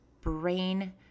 brain